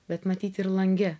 bet matyti ir lange